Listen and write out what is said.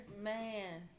Man